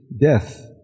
death